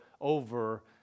over